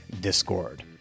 discord